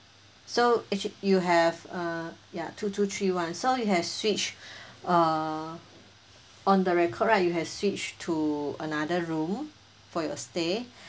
so actu~ you have uh ya two two three one so you have switch uh on the record right you have switched to another room for your stay